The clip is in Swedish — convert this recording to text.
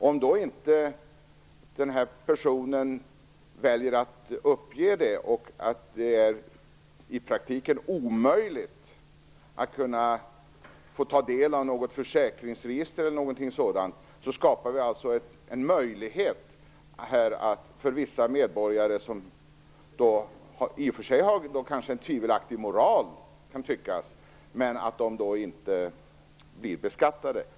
Om personen i fråga väljer att inte uppge det och det i praktiken är omöjligt att ta del av något försäkringsregister e.d., skapar vi en möjlighet för vissa medborgare - som i och för sig kan tyckas ha en tvivelaktig moral - att inte bli beskattade.